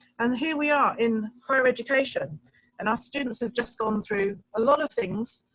and here we are in higher education and our students have just gone through a lot of things,